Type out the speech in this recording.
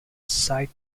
site